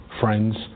friends